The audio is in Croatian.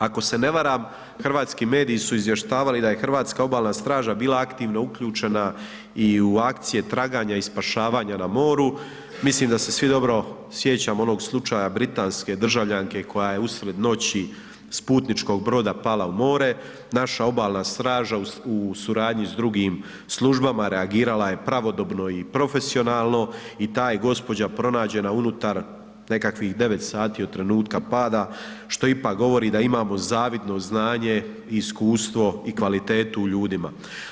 Ako se ne varam, hrvatski mediji su izvještavali da je hrvatska Obalna straža bila aktivno uključena i u akcije traganja i spašavanja na moru, mislim da se svi dobro sjećamo onog slučaja britanske državljanke koja je usred noći s putničkog broda pala u more, naša Obalna straža u suradnji sa drugim službama reagirala je pravodobno i profesionalno i ta je gđa. pronađena unutar nekakvih 9 sati od trenutka pada što ipak govori da imamo zavidno znanje i iskustvo i kvalitetu u ljudima.